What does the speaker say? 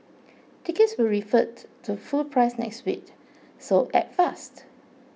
tickets will revert to full price next week so act fast